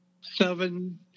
seven